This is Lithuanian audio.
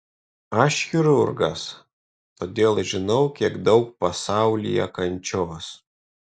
aš chirurgas todėl žinau kiek daug pasaulyje kančios